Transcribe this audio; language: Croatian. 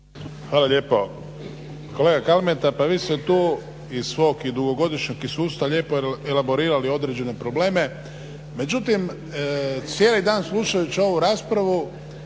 Hvala lijepo. Kolega Kalmeta pa vi ste tu iz svog i dugogodišnjeg iskustva lijepo elaborirali određene probleme, međutim cijeli dan slušajući ovu raspravu